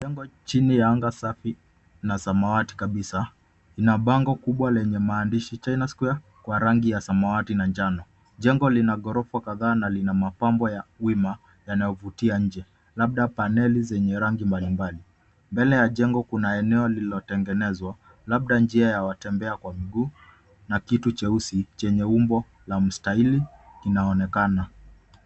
Jengo chini ya anga safi na samawati kabisa. Lina bango kubwa lenye maandishi China square wa rangi ya samawati na njano. Jengo lina ghorofa kadhaa na lina mapambo ya wima yanayovutia nje labda paneli zenye rangi mbalimbali. Mbele ya jengo kuna eneo lililotengenezwa labda njia ya watembea kwa miguu na kitu cheusi chenye umbo la mstaili kinaonekana.